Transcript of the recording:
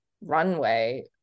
runway